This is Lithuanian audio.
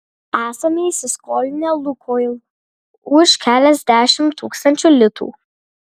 esame įsiskolinę lukoil už keliasdešimt tūkstančių litų